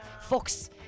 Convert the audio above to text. fox